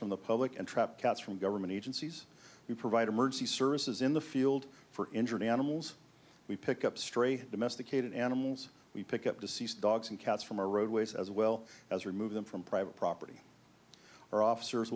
from the public and trap cats from government agencies who provide emergency services in the field for injured animals we pick up straight domesticated animals we pick up deceased dogs and cats from our roadways as well as remove them from private property or officers